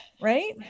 right